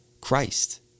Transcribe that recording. Christ